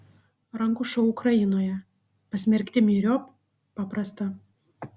rankų šou ukrainoje pasmerkti myriop paprasta